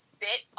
sit